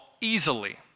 easily